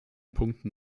punkten